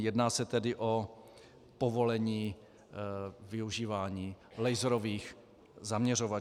Jedná se tedy o povolení využívání laserových zaměřovačů.